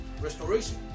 restoration